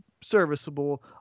serviceable